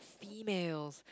females